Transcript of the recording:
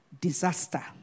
disaster